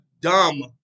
dumb